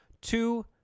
two